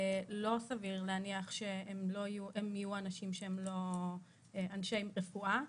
לא סביר להניח שהם יהיו אנשים שהם לא אנשי רפואה.